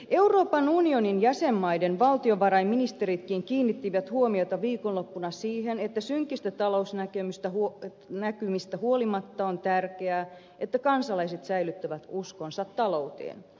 euroopan unionin jäsenmaiden valtiovarainministeritkin kiinnittivät huomiota viikonloppuna siihen että synkistä talousnäkymistä huolimatta on tärkeää että kansalaiset säilyttävät uskonsa talouteen